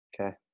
Okay